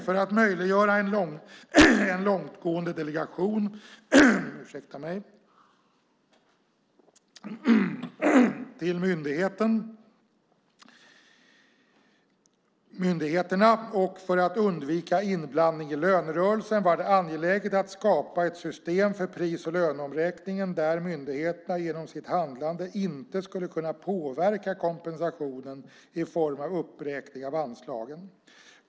För att möjliggöra en långtgående delegation till myndigheterna och för att undvika inblandning i lönerörelsen var det angeläget att skapa ett system för pris och löneomräkning där myndigheterna genom sitt handlande inte skulle kunna påverka kompensationen i form av uppräkning av anslagen.